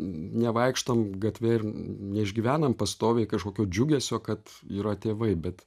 nevaikštom gatve ir neišgyvenam pastoviai kažkokio džiugesio kad yra tėvai bet